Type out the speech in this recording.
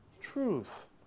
Truth